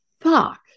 fuck